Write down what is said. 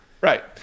right